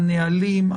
הנהלים,